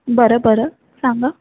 बरं बरं सांगा